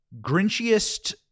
Grinchiest